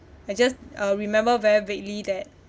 I just uh remember very vaguely that